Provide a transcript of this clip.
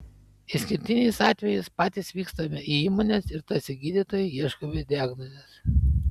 išskirtiniais atvejais patys vykstame į įmones ir tarsi gydytojai ieškome diagnozės